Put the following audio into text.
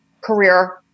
Career